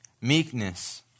meekness